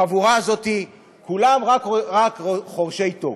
החבורה הזאת, כולם רק חורשי טוב.